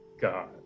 God